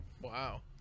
wow